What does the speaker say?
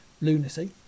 lunacy